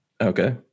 Okay